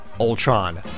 Ultron